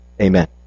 Amen